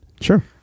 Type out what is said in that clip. Sure